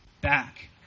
back